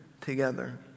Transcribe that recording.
together